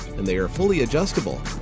and they are fully adjustable.